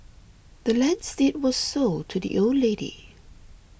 the land's deed was sold to the old lady